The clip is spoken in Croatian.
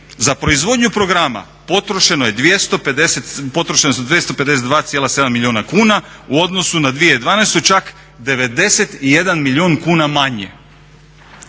za proizvodnju programa potrošena su 252,7 milijuna kuna, u odnosu na 2012. čak 91 milijun kuna manje.